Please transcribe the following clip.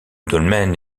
dolmen